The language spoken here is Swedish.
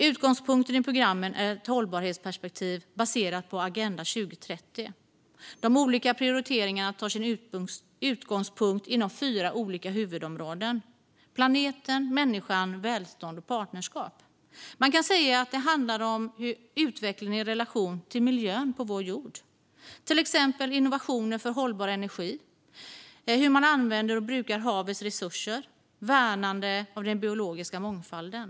Utgångspunkten i programmet är ett hållbarhetsperspektiv baserat på Agenda 2030. De olika prioriteringarna tar sin utgångspunkt inom fyra olika huvudområden: planeten, människan, välstånd och partnerskap. Man kan säga att det handlar om utveckling i relation till miljön på vår jord, till exempel om innovationer för hållbar energi, hur man använder och brukar havets resurser och värnande av den biologiska mångfalden.